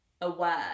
aware